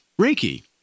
Reiki